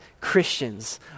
Christians